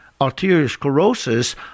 arteriosclerosis